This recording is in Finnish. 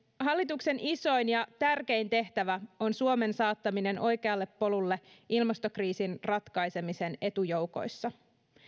hallituksen isoin ja tärkein tehtävä on suomen saattaminen oikealle polulle ilmastokriisin ratkaisemisen etujoukoissa